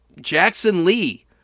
Jackson-Lee